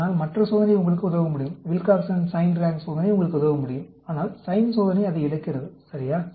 ஆனால் மற்ற சோதனை உங்களுக்கு உதவ முடியும் வில்காக்சன் சைன்ட் ரான்க் சோதனை உங்களுக்கு உதவ முடியும் ஆனால் சைன் சோதனை அதை இழக்கிறது சரியா